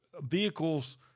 vehicles